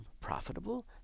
profitable